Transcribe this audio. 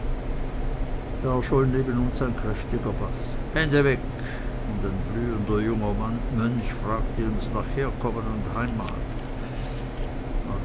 da erscholl neben uns ein kräftiger baß hände weg und ein blühender junger mönch fragte uns nach herkommen und heimat